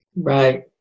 Right